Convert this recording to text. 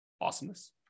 Awesomeness